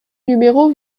numéro